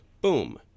Boom